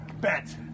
Bet